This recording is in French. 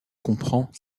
comprend